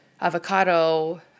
avocado